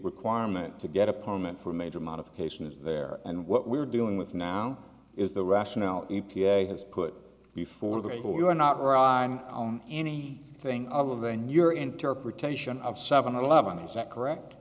requirement to get a permit for major modification is there and what we're dealing with now is the rationale e p a has put before they were not ron any thing of then your interpretation of seven eleven is that correct